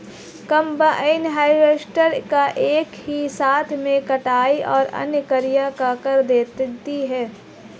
combine harvester एक ही साथ में कटाई और अन्य कार्य भी कर देती है